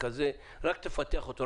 רק תפתח אותו.